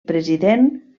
president